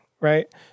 right